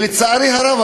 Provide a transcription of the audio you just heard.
לצערי הרב,